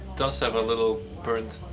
does have a little burnt